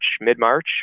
mid-March